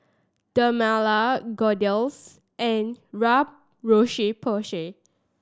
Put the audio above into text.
Dermale Kordel's and Roche Porsay